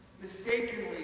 mistakenly